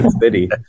City